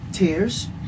Tears